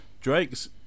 Drake's